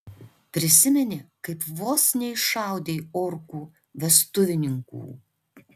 prisimeni kaip vos neiššaudei orkų vestuvininkų